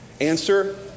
answer